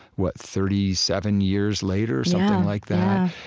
what, thirty seven years later something like that?